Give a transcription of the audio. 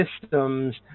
systems